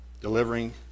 delivering